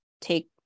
take